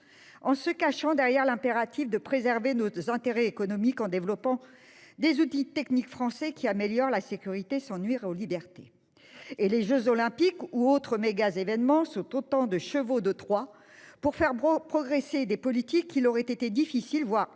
en se cachant derrière l'impératif de « préserver nos intérêts économiques en développant des outils techniques français qui améliorent la sécurité sans nuire aux libertés ». Et les jeux Olympiques ou autres « méga-événements » sont autant de chevaux de Troie « pour faire progresser des politiques qu'il aurait été difficile, voire impossible,